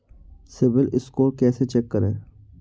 CIBIL score कैसे check करें?